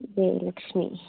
Jayalakshmi